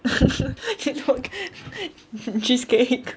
cheesecake